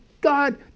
God